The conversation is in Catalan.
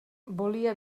volia